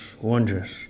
wondrous